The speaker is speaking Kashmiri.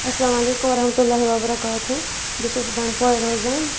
اَسلامُ علیکُم وَرحمتہ اللہِ وَبَرکاتہ بہٕ چھَس بنٛڈپورِ روزان